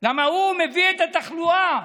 כי הוא מביא את התחלואה.